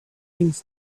things